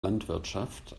landwirtschaft